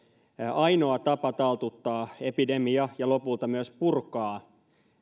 ainoa tapa taltuttaa epidemia ja lopulta myös purkaa